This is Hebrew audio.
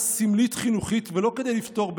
אנחנו מביאים חוק מבחינה סמלית חינוכית ולא כדי לפתור בעיה".